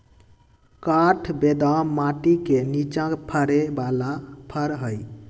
काठ बेदाम माटि के निचा फ़रे बला फ़र हइ